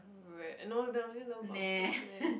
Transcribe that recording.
read no they only learn about books leh